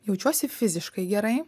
jaučiuosi fiziškai gerai